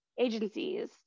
agencies